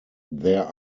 there